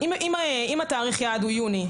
אם תאריך היעד הוא יוני,